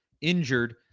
injured